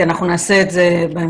כי אנחנו נעשה את זה בהמשך.